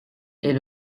est